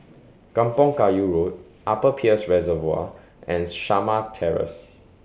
Kampong Kayu Road Upper Peirce Reservoir and Shamah Terrace